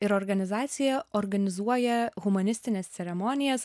ir organizacija organizuoja humanistines ceremonijas